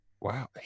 Wow